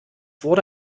wurde